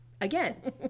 Again